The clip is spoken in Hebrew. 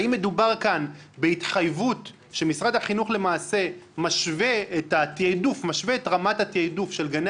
האם מדובר כאן בהתחייבות שמשרד החינוך משווה את רמת התעדוף של גני